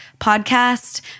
podcast